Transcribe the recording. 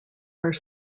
are